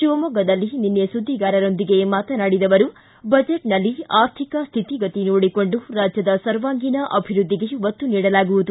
ಶಿವಮೊಗ್ಗದಲ್ಲಿ ನಿನ್ನೆ ಸುದ್ಲಿಗಾರರೊಂದಿಗೆ ಮಾತನಾಡಿದ ಅವರು ಬಜೆಟ್ನಲ್ಲಿ ಆರ್ಥಿಕ ಸ್ಥಿತಿಗತಿ ನೋಡಿಕೊಂಡು ರಾಜ್ಯದ ಸರ್ವಾಂಗೀಣ ಅಭಿವೃದ್ಧಿಗೆ ಒತ್ತು ನೀಡಲಾಗುವುದು